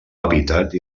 hàbitat